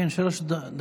כן, שלוש דקות.